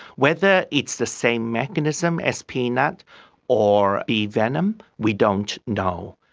whether it's the same mechanism as peanut or bee venom, we don't know.